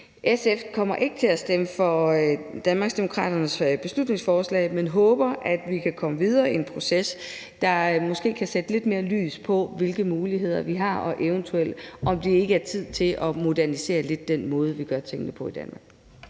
SF kommer ikke til at stemme for Danmarksdemokraternes beslutningsforslag, men håber, at vi kan komme videre i en proces, der måske kan sætte lidt mere lys på, hvilke muligheder vi har, og eventuelt, om det ikke er tid til lidt at modernisere den måde, vi gør tingene på i Danmark.